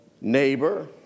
Neighbor